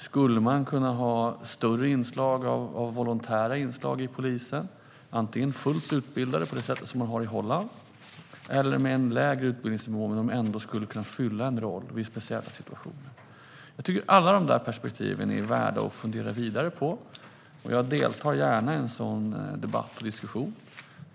Skulle man kunna ha större inslag av volontärer i polisen, antingen fullt utbildade - på det sättet som man har i Holland - eller med en lägre utbildningsnivå men på ett sådant sätt att de ändå skulle kunna fylla en roll vid speciella situationer? Alla de perspektiven är värda att fundera vidare på. Jag deltar gärna i en sådan debatt och diskussion.